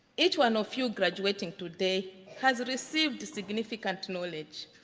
each one of you graduating today has received significant knowledge.